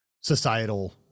societal